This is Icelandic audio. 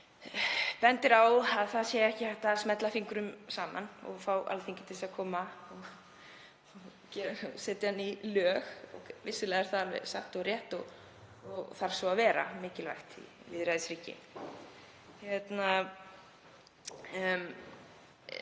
bendir á að það sé ekki hægt að smella fingrum og fá Alþingi til þess að koma og setja ný lög og vissulega er það alveg satt og rétt og þarf svo að vera, það er mikilvægt í lýðræðisríki.